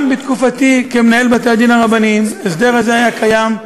גם בתקופתי כמנהל בתי-הדין הרבניים ההסדר הזה היה קיים,